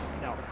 No